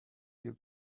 you